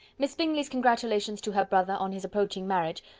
miss bingley's congratulations to her brother, on his approaching marriage,